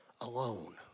alone